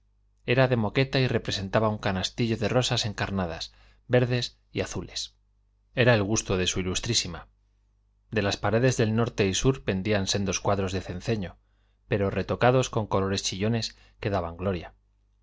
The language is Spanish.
era de moqueta y representaba un canastillo de rosas encarnadas verdes y azules era el gusto de s i de las paredes del norte y sur pendían sendos cuadros de cenceño pero retocados con colores chillones que daban gloria